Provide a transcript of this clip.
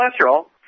Cholesterol